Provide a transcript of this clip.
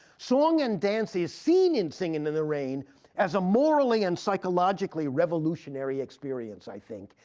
song and dance is seen in singin' in the rain as a morally and psychologically revolutionary experience, i think.